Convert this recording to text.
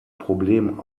problem